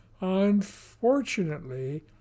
Unfortunately